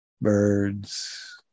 birds